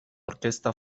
orquesta